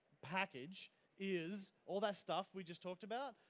package is all that stuff we just talked about,